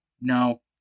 No